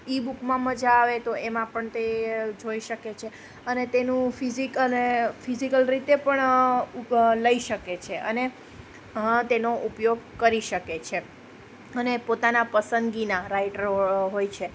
ઈ બુકમાં મજા આવે તો એમા પણ તે જોઈ શકે છે અને તેનું ફિઝીક અને ફિઝીકલ રીતે પણ લઈ શકે છે અને તેનો ઉપયોગ કરી શકે છે અને પોતાના પસંદગીના રાઇટરો હોય છે